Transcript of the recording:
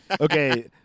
Okay